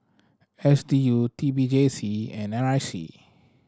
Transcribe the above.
S D U T P J C and N R I C